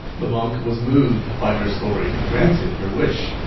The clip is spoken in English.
the monk was moved by her story and granted her wish.